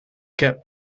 kept